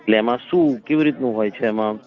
એટલે એમાં શું અને કેવી રીતનું હોય છે એમાં